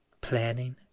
planning